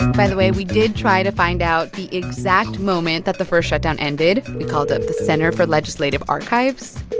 by the way, we did try to find out the exact moment that the first shutdown ended. we called up the center for legislative archives